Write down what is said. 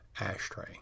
ashtray